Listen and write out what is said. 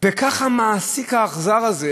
וככה המעסיק האכזר הזה